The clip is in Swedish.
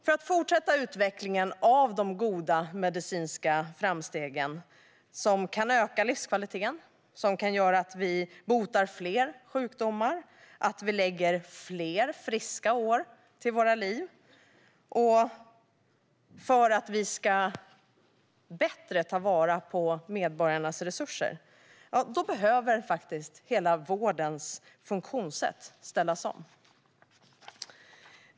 För att fortsätta utvecklingen av de goda medicinska framstegen, som kan öka livskvaliteten och göra att vi botar fler sjukdomar och att vi lägger fler friska år till våra liv, och för att vi ska ta vara på medborgarnas resurser bättre behöver hela vårdens funktionssätt ställas om.